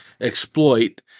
exploit